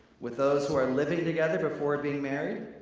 with those who are living together before being married?